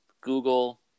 Google